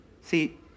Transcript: See